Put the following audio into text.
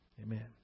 Amen